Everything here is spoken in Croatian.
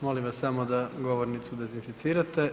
Molim vas samo da govornicu dezinficirate.